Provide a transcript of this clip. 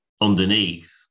underneath